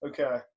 Okay